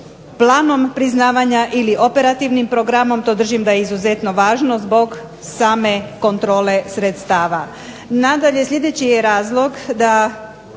planom priznavanja ili operativnim programom, to držim da je izuzetno važno zbog same kontrole sredstava.